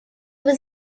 was